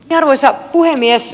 arvoisa puhemies